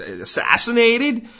assassinated